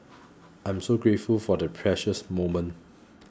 I am so grateful for the precious moment